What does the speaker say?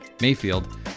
Mayfield